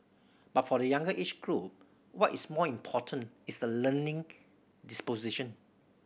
but for the younger age group what is more important is the learning disposition